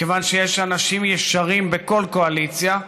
כיוון שיש אנשים ישרים בכל קואליציה,